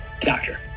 Doctor